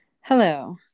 Hello